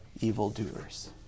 evildoers